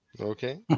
Okay